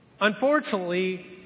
unfortunately